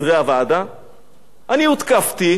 אני הותקפתי, אני מבקש עכשיו להגיב.